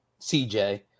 CJ